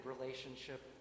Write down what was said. relationship